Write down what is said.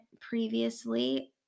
previously